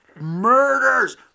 murders